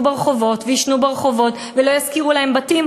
ברחובות ויישנו ברחובות ולא ישכירו להם בתים,